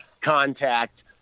contact